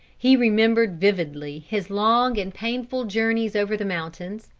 he remembered vividly his long and painful journeys over the mountains,